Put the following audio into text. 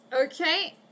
Okay